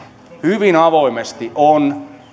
hyvin avoimesti